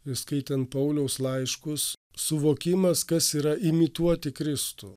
įskaitant pauliaus laiškus suvokimas kas yra imituoti kristų